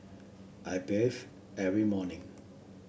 I bathe every morning